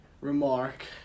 remark